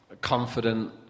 confident